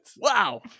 Wow